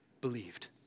believed